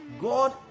God